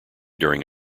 during